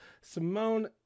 Simone